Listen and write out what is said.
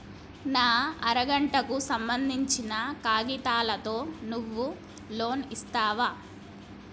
నా అర గంటకు సంబందించిన కాగితాలతో నువ్వు లోన్ ఇస్తవా?